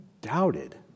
doubted